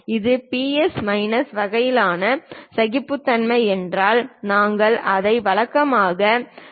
இது plus minus வகையான சகிப்புத்தன்மை என்றால் நாங்கள் அதை வழக்கமாக 2